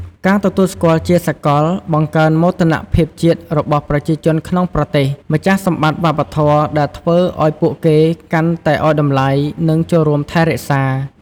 ការទទួលស្គាល់ជាសាកល បង្កើនមោទនភាពជាតិរបស់ប្រជាជនក្នុងប្រទេសម្ចាស់សម្បត្តិវប្បធម៌ ដែលធ្វើឱ្យពួកគេកាន់តែឱ្យតម្លៃ និងចូលរួមថែរក្សា។